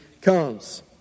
comes